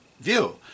view